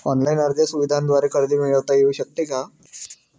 Online अर्ज सुविधांद्वारे कर्ज मिळविता येऊ शकते का?